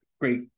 great